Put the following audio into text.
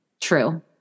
true